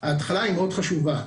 ההתחלה היא מאוד חשובה.